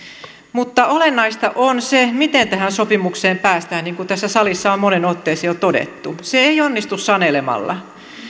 mutta olennaista on se miten tähän sopimukseen päästään niin kuin tässä salissa on moneen otteeseen jo todettu se ei onnistu sanelemalla